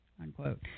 unquote